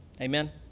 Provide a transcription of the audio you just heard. Amen